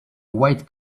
white